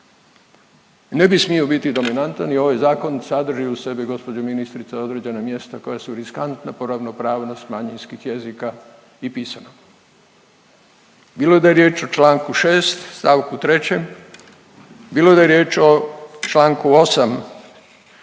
Ne bi smio biti dominantan i ovaj zakon sadrži u sebi gospođo ministrice određena mjesta koja su riskantna po ravnopravnost manjinskih jezika i pisanom bilo da je riječ o članku 6. stavku 3., bilo da je riječ o članku 8.